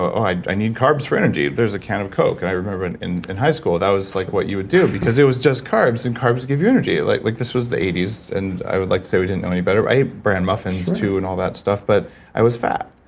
i i need carbs for energy. there's a can of coke. and i remember in in high school that was like what you would do because it was just carbs and carbs give you energy. like like this was the eighty s and i would like to say we don't know any better. i ate bran muffins too and all that stuff, but i was fat.